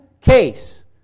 case